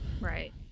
Right